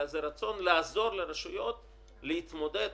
זה רצון לעזור לרשויות להתמודד.